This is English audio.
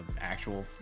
actual